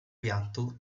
piatto